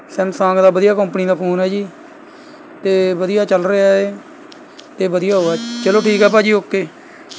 Samsung ਦਾ ਵਧੀਆ ਕੌਂਪਣੀ ਦਾ ਫੋਨ ਹੈ ਜੀ ਅਤੇ ਵਧੀਆ ਚੱਲ ਰਿਹਾ ਏ ਅਤੇ ਵਧੀਆ ਉਹ ਹੈ ਚਲੋ ਠੀਕ ਹੈ ਭਾਅ ਜੀ ਓਕੇ